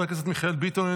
חבר הכנסת מיכאל ביטון,